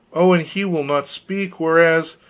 oh, and he will not speak whereas,